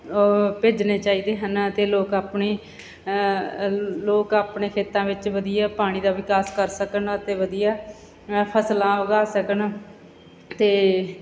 ਭੇਜਣੇ ਚਾਹੀਦੇ ਹਨ ਅਤੇ ਲੋਕ ਆਪਣੇ ਲੋਕ ਆਪਣੇ ਖੇਤਾਂ ਵਿੱਚ ਵਧੀਆ ਪਾਣੀ ਦਾ ਵਿਕਾਸ ਕਰ ਸਕਣ ਅਤੇ ਵਧੀਆ ਫਸਲਾਂ ਉਗਾ ਸਕਣ ਅਤੇ